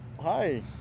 Hi